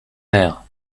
maire